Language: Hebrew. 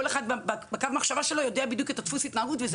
כל אחד יודע בדיוק את דפוס ההתנהגות,